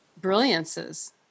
brilliances